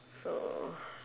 so